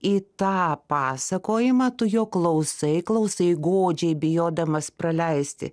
į tą pasakojimą tu jo klausai klausai godžiai bijodamas praleisti